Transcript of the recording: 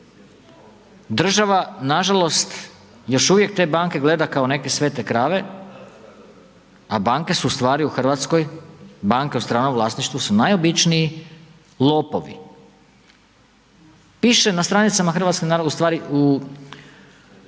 Država nažalost još uvijek te banke gleda kao neke svete krave, a banke su u stvari u RH, banke u stranom vlasništvu su najobičniji lopovi. Piše na stranicama HNB-a, ustvari u,